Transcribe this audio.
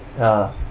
ya